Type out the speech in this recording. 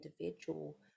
individual